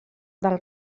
del